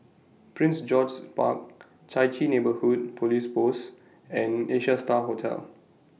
Prince George's Park Chai Chee Neighbourhood Police Post and Asia STAR Hotel